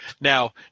Now